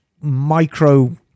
micro